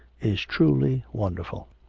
is truly wonderful.